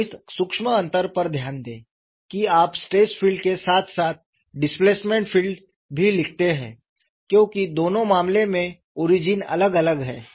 तो इस सूक्ष्म अंतर पर ध्यान दें कि आप स्ट्रेस फील्ड के साथ साथ डिस्प्लेसमेंट फील्ड भी लिखते हैं क्योंकि दोनों मामलों में ओरिजिन अलग अलग हैं